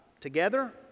together